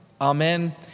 Amen